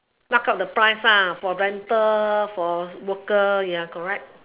pluck out the price for rental for worker ya correct